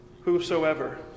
whosoever